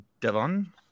Devon